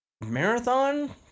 Marathon